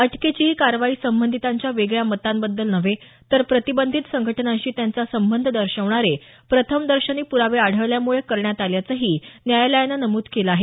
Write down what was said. अटकेची ही कारवाई संबंधितांच्या वेगळ्या मतांबद्दल नव्हे तर प्रतिबंधित संघटनांशी त्यांचा संबंध दर्शवणारे प्रथमदर्शनी प्रावे आढळल्यामुळे करण्यात आल्याचंही न्यायालयानं नमूद केलं आहे